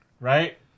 Right